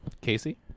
casey